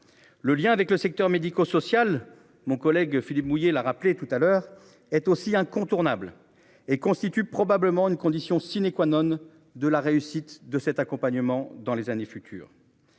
Le lien avec le secteur médico-social, mon collègue Philippe mouiller la rappeler tout à l'heure est aussi incontournable et constitue probablement une condition sine qua non de la réussite de cet accompagnement dans les années futures.